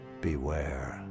Beware